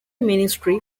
ministry